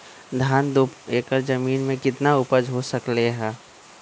धान दो एकर जमीन में कितना उपज हो सकलेय ह?